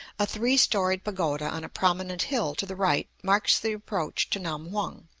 a three-storied pagoda on a prominent hill to the right marks the approach to nam-hung,